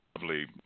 lovely